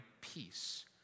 peace